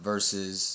Versus